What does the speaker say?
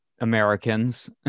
Americans